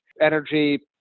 energy